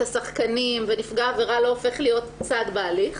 השחקנים ונפגע עבירה לא הופך להיות צד בהליך,